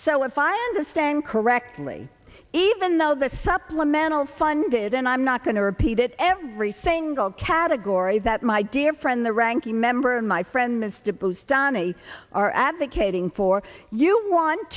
so if i understand correctly even though the supplemental funded and i'm not going to repeat it every single category that my dear friend the ranking member and my friend mr bustani are advocating for you want